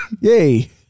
Yay